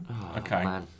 Okay